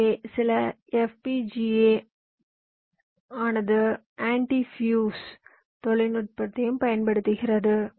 எனவே சில FPGA ஆனது ஆன்டி ஃபியூஸ் தொழில்நுட்பத்தையும் பயன்படுத்துகிறது